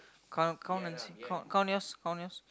count count and see count yes count yes